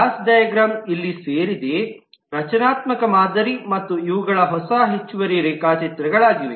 class diagram ಇಲ್ಲಿ ಸೇರಿದೆ ರಚನಾತ್ಮಕ ಮಾದರಿ ಮತ್ತು ಇವುಗಳು ಹೊಸ ಹೆಚ್ಚುವರಿ ರೇಖಾಚಿತ್ರಗಳಾಗಿವೆ